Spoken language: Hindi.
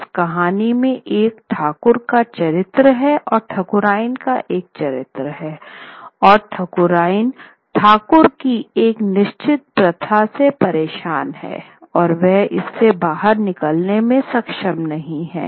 इस कहानी में एक ठाकुर का चरित्र है और ठाकुरायन का एक चरित्र है और ठाकुरायन ठाकुर की एक निश्चित प्रथा से परेशान है और वह इससे बाहर निकलने में सक्षम नहीं है